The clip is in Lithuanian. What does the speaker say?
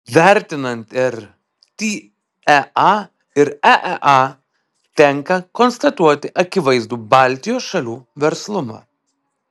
vertinant ir tea ir eea tenka konstatuoti akivaizdų baltijos šalių verslumą